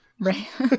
Right